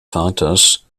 vaters